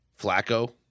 Flacco